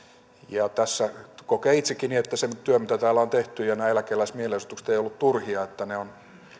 tässä kokee itsekin niin että se työ mitä täällä on tehty ja nämä eläkeläismielenosoitukset eivät ole olleet turhia ne ovat